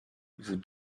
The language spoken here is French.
vous